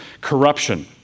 corruption